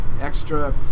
extra